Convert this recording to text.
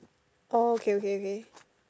oh okay okay okay